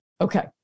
okay